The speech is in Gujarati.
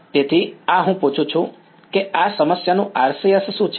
તેથી આ હું પૂછું છું કે આ સમસ્યાનું RCS શું છે